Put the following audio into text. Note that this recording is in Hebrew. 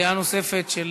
דעה נוספת של